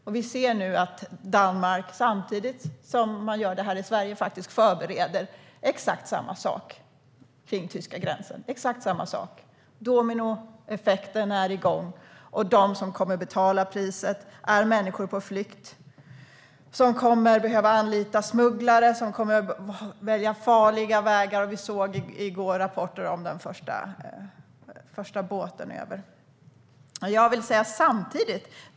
Men vi ser nu att Danmark samtidigt förbereder exakt samma sak vid tyska gränsen. Dominoeffekten är igång, och de som kommer att betala priset är människor på flykt. De kommer att behöva anlita smugglare och välja farliga vägar. Vi såg i går rapporter om den första båten med flyktingar över Östersjön.